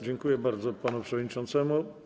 Dziękuję bardzo panu przewodniczącemu.